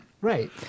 Right